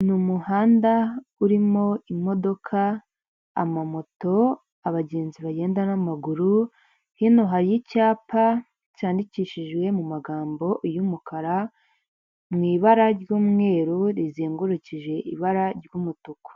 Ni umuhanda urimo imodoka amamoto, abagenzi bagenda n'amaguru, hino hari icyapa cyandikishijwe mu magambo y'umukara mu ibara ry'umweru rizengurukije ibara ry'umutuku.